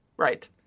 Right